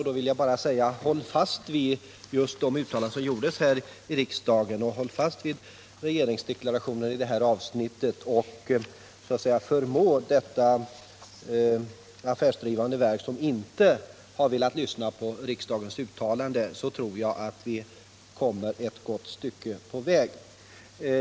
Då vill jag bara säga: Håll fast vid de uttalanden som gjordes här i riksdagen och håll fast vid regeringsdeklarationen i det här avsnittet och påverka det affärsdrivande verket, som inte har velat lyssna på riksdagens uttalande, så tror jag att vi kommer ett gott stycke på väg.